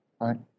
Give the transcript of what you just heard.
Right